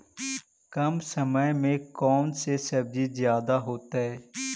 कम समय में कौन से सब्जी ज्यादा होतेई?